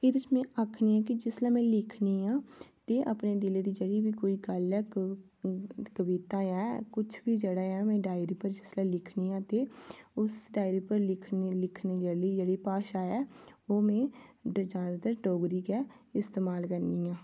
एह् जिसलै में आखनी आं कि जिसलै में लिखनी आं ते अपने दिलै दी जेह्ड़ी बी कोई गल्ल ऐ कोई कविता ऐ किश बी जेह्ड़ा ऐ में डायरी पर जिसलै लिखनी आं ते उस डायरी पर लिखनी आं लिखने आह्ली जेह्ड़ी भाशा ऐ ओह् में जैदातर डोगरी गै इस्तेमाल करनी आं